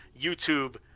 YouTube